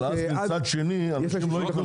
אבל אז אנשים לא יקנו חופשי-חודשי.